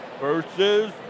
versus